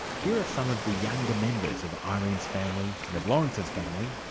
here are some of the younger members of irene's family and of lawrence's family,